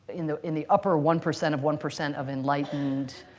in the in the upper one percent of one percent of enlightened,